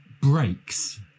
breaks